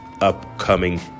upcoming